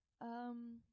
Um-